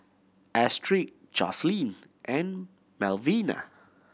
Astrid Jocelyne and Melvina